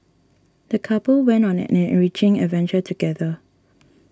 the couple went on an an enriching adventure together